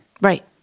Right